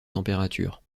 température